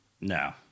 No